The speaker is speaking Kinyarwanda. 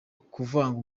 kuvanga